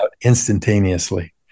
instantaneously